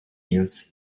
hills